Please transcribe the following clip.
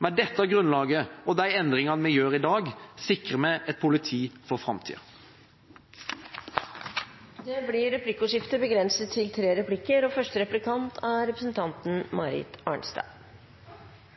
Med dette grunnlaget og de endringene vi gjør i dag, sikrer vi et politi for framtida. Det blir replikkordskifte. Kristelig Folkeparti er også med på den betydelige sentraliseringa som Stortinget i dag kommer til å vedta. Representanten